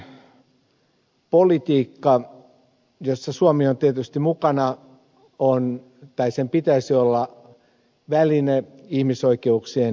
kansainvälinen politiikka jossa suomi on tietysti mukana on tai sen pitäisi olla väline ihmisoikeuksien edistämiseksi